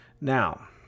Now